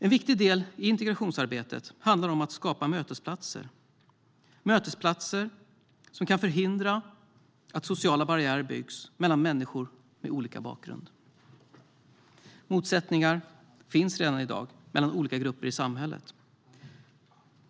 En viktig del i integrationsarbetet handlar om att skapa mötesplatser. Mötesplatser kan förhindra att sociala barriärer byggs mellan människor med olika bakgrund. Motsättningar finns redan i dag mellan olika grupper i samhället.